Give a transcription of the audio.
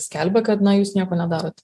skelbia kad na jūs nieko nedarot